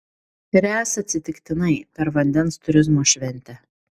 ręs atsitiktinai per vandens turizmo šventę